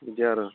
एदि आरो